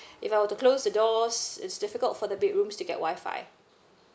if I were to close the doors is difficult for the bedroom to get Wi-Fi